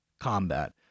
combat